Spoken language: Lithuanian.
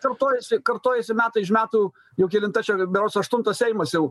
kartojasi kartojasi metai iš metų jau kelinta čia berods aštuntas seimas jau